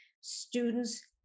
students